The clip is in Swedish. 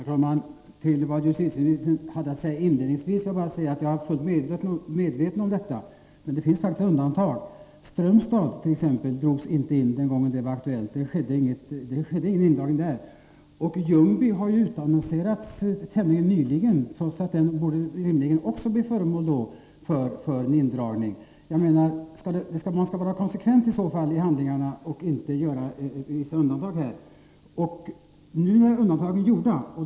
Herr talman! Det justitieministern sade inledningsvis är jag helt medveten om. Men det finns faktiskt undantag. Tjänsten i Strömstad drogs exempelvis inte in när ärendet var aktuellt. Åklagartjänsten i Ljungby har utannonserats ganska nyligen, så den borde rimligtvis bli föremål för indragning. Man skall vara konsekvent och inte göra vissa undantag. Nu är undantagen gjorda.